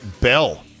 Bell